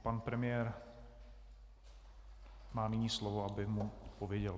Pan premiér má nyní slovo, aby mu odpověděl.